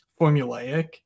formulaic